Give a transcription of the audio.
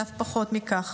ואף פחות מכך.